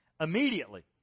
Immediately